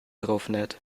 draufnäht